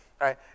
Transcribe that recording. right